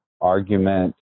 argument